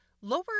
lower